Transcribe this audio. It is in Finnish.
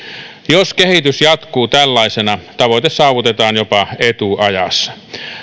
jos kehitys jatkuu tällaisena tavoite saavutetaan jopa etuajassa